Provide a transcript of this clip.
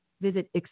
Visit